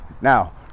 now